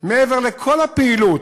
מעבר לכל הפעילות,